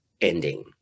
ending